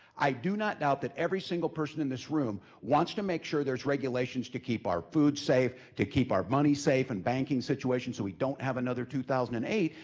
i do not doubt that every single person in this room wants to make sure there's regulations to keep our food safe, to keep our money safe and banking situations so we don't have another two thousand and eight,